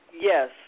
Yes